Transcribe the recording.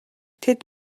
тэд